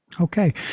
Okay